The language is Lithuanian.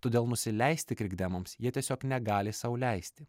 todėl nusileisti krikdemams jie tiesiog negali sau leisti